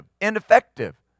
ineffective